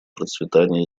процветания